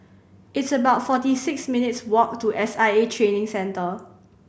it's about forty six minutes' walk to S I A Training Centre